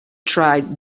tried